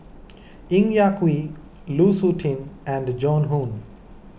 Ng Yak Whee Lu Suitin and Joan Hon